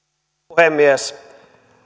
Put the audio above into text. puhemies